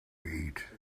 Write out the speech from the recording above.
eat